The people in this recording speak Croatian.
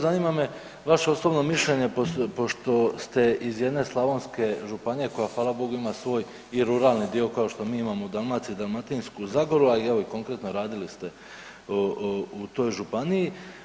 Zanima me vaše osobno mišljenje pošto ste iz jedne slavonske županije koja hvala Bogu ima svoj i ruralni dio kao što mi imamo u Dalmaciji Dalmatinsku zagoru, a evo i konkretno radili ste u toj županiji.